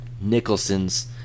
Nicholson's